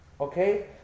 Okay